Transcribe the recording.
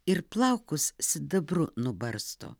ir plaukus sidabru nubarsto